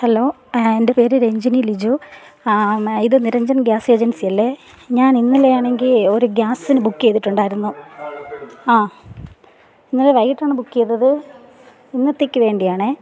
hello എൻ്റെ പേര് രഞ്ജിനി ലിജു ഇത് നിരഞ്ജൻ ഗ്യാസ് ഏജൻസി അല്ലേ ഞാൻ ഇന്നലെയാണെങ്കിൽ ഒരു ഗ്യാസിന് ബുക്ക് ചെയ്തിട്ടുണ്ടായിരുന്നു ഇന്നലെ വൈകിട്ടാണ് ബുക്ക് ചെയ്തത് ഇന്നത്തേക്ക് വേണ്ടിയാണ്